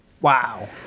Wow